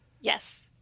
Yes